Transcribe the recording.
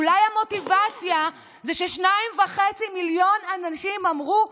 אולי המוטיבציה היא ששניים וחצי מיליון אנשים אמרו די.